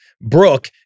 Brooke